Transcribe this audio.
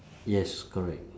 yes correct